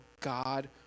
God